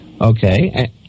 Okay